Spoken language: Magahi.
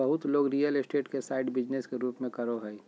बहुत लोग रियल स्टेट के साइड बिजनेस के रूप में करो हइ